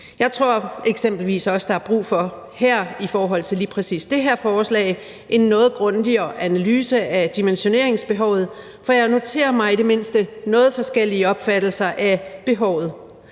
Jeg tror eksempelvis også, at der her, i forhold til lige præcis det her forslag, er brug for en noget grundigere analyse af dimensioneringsbehovet, for jeg noterer mig i det mindste noget forskellige opfattelser af behovet.